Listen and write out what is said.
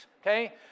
okay